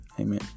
Amen